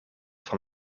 van